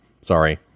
Sorry